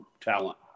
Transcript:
talent